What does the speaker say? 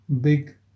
big